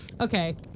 Okay